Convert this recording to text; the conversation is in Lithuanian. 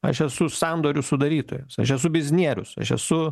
aš esu sandorių sudarytojas aš esu biznierius aš esu